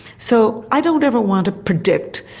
so i don't ever want to predict,